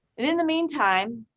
and in the meantime,